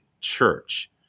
church